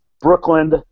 Brooklyn